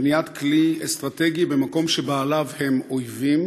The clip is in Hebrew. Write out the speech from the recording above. בנית כלי אסטרטגי במקום שבעליו הם אויבים?